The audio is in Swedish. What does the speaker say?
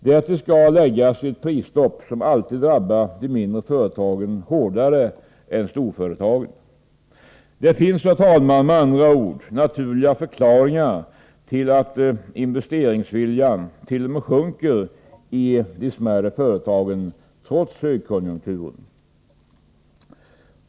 Därtill skall läggas ett prisstopp som alltid drabbar de mindre företagen hårdare än storföretagen. Herr talman! Det finns med andra ord naturliga förklaringar till att investeringsviljan t.o.m. sjunker i de smärre företagen trots högkonjunkturen.